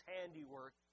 handiwork